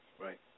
Right